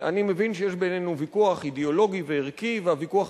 אני מבין שיש בינינו ויכוח אידיאולוגי וערכי והוויכוח